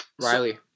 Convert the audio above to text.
Riley